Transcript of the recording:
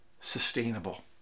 sustainable